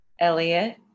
Elliot